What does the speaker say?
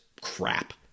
crap